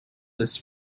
this